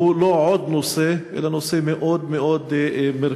שהוא לא עוד נושא, אלא נושא מאוד מאוד מרכזי,